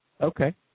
Okay